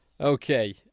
okay